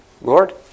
Lord